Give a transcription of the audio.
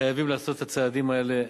חייבים לעשות את הצעדים האלה.